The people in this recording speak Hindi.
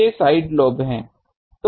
ये साइड लॉब हैं